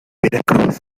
veracruz